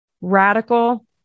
radical